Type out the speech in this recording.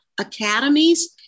Academies